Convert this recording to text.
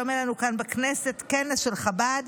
היום היה לנו כאן בכנסת כנס של חב"ד,